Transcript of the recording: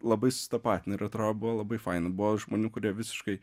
labai susitapatina ir atrodo buvo labai faina buvo žmonių kurie visiškai